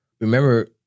remember